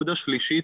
נקודה שלישית,